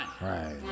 Right